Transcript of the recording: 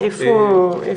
מי